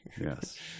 Yes